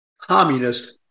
Communist